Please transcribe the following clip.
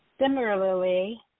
similarly